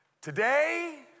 Today